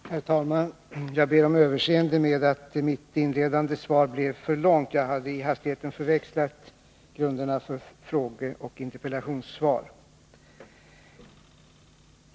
Herr talman! Jag ber om överseende för att mitt inledande svar blev för långt. Jag hade i hastigheten förväxlat grunderna för frågeoch interpellationssvar.